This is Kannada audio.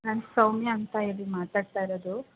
ನಾನು ಸೌಮ್ಯ ಅಂತ ಹೇಳಿ ಮಾತಾಡ್ತಾಯಿರೋದು